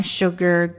sugar